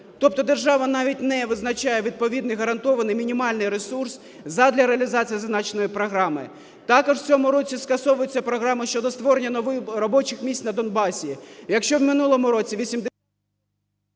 тобто держава навіть не визначає відповідний гарантований мінімальний ресурс задля реалізації зазначеної програми. Також в цьому році скасовується програма щодо створення нових робочих місць на Донбасі.